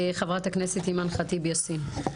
חברת הכנסת אימאן ח'טיב יאסין.